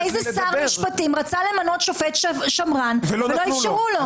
תגיד איזה שר רצה למנות שופט שמרן ולא אפשרו לו.